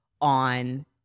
on